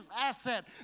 asset